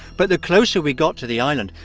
but the closer we got to the island,